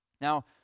Now